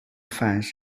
反射